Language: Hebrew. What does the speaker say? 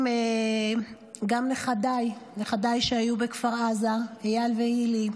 וביניהם גם נכדיי שהיו בכפר עזה, אייל והילי.